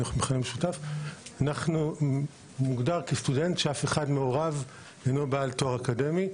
המכנה המשותף מוגדר כסטודנט שמעורב ואינו בעל תואר אקדמי,